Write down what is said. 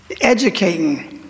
educating